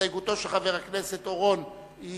שהסתייגותו של חבר הכנסת אורון לא